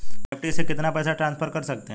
NEFT से कितना पैसा ट्रांसफर कर सकते हैं?